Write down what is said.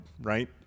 right